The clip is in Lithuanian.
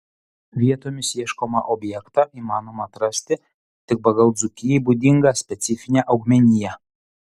vietomis ieškomą objektą įmanoma atrasti tik pagal dzūkijai būdingą specifinę augmeniją